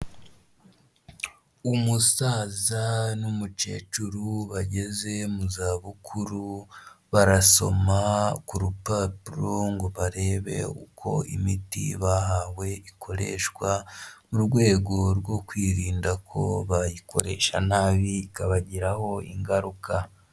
Umusaza n'umukecuru bageze mu zabukuru, barasoma ku rupapuro ngo barebe uko imiti bahawe ikoreshwa mu rwego rwo kwirinda ko bayikoresha nabi ikabagiraho ingaruka.